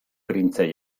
printze